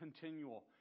continual